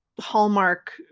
hallmark